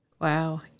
Wow